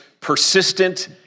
persistent